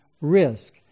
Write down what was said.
risk